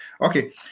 okay